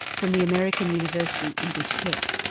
from the american university in bishkek,